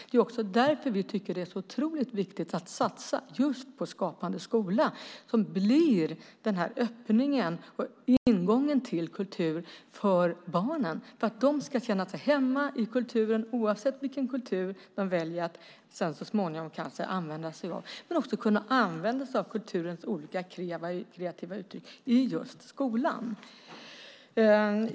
Det är också därför vi tycker att det är så otroligt viktigt att satsa just på Skapande skola som för barnen blir öppningen och ingången till kultur. De ska känna sig hemma i kulturen, oavsett vilken kultur de så småningom väljer att använda sig av. Man ska använda sig av kulturens olika kreativa uttryck i just skolan.